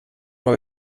uma